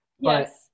Yes